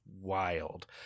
wild